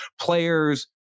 players